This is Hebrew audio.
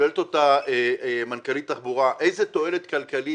שאלה אותה מנכ"לית התחבורה איזה תועלת כלכלית